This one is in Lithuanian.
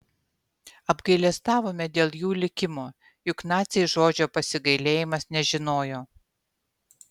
apgailestavome dėl jų likimo juk naciai žodžio pasigailėjimas nežinojo